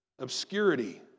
Obscurity